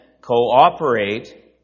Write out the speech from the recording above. cooperate